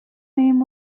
name